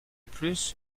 plus